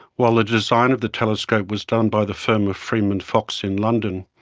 while the design of the telescope was done by the firm of freeman fox in london.